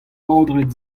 baotred